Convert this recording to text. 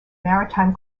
maritime